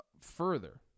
further